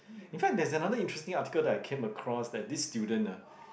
in fact there is another interesting article that I came across that this student ah